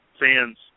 fans